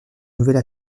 nouvelle